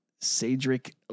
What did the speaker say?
Cedric